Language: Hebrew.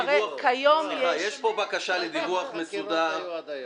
יש פה בקשה לדיווח מסודר,